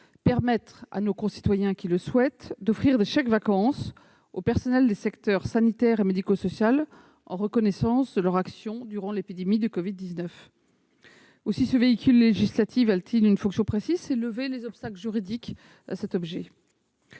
permettre à nos concitoyens qui le souhaitent d'offrir des chèques-vacances aux personnels des secteurs sanitaire et médico-social en reconnaissance de leur action durant l'épidémie de Covid-19. Aussi ce véhicule législatif a-t-il pour fonction de lever les obstacles juridiques qui se